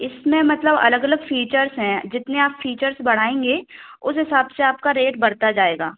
इसमें मतलब अलग अलग फ़ीचर्स हैं जितने आप फ़ीचर्स बढ़ाएंगे उस हिसाब से आपका रेट बढ़ता जाएगा